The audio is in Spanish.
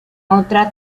otra